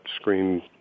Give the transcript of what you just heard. screen